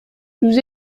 nous